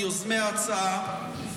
מיוזמי ההצעה,